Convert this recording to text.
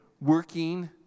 working